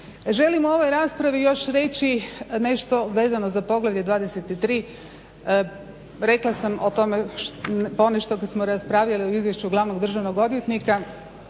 Želim u ovoj raspravi još reći nešto vezano za poglavlje 23, rekla sam o tome ponešto kad smo raspravljali o izvješću glavnog državnog odvjetnika